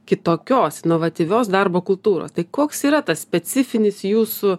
kitokios inovatyvios darbo kultūros tai koks yra tas specifinis jūsų